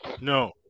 No